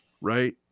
right